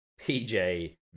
PJ